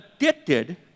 addicted